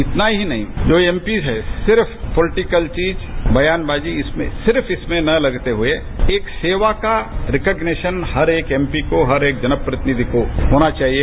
इतना ही नहीं जो एमपी है सिर्फ पॉलिटीकल चीज ब्यान बाजी इसमें सिर्फ इसमें न लगते हुए सेवा का रिक्गनेशन हर एक एमपी को हर एक जन प्रतिनिधि को होना चाहिए